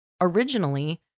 Originally